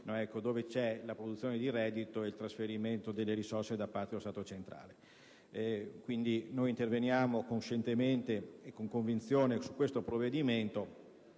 dove c'è produzione di reddito e dove avviene il trasferimento delle risorse da parte dello Stato centrale. Interveniamo coscientemente e con convinzione su questo provvedimento,